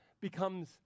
becomes